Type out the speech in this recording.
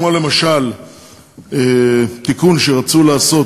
כמו למשל תיקון שרצו לעשות,